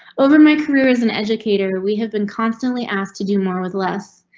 over my career as an educator, we have been constantly asked to do more with less,